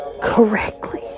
correctly